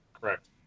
Correct